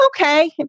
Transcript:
Okay